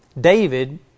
David